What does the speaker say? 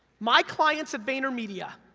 my clients, at vaynermedia,